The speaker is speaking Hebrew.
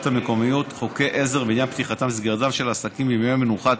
המקומיות (חוקי עזר בעניין פתיחתם וסגירתם של עסקים בימי מנוחה),